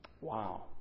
Wow